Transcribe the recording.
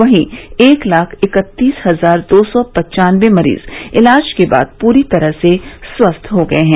वहीं एक लाख इकत्तीस हजार दो सौ पन्चानवे मरीज इलाज के बाद पूरी तरह से स्वस्थ हो गये हैं